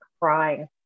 crying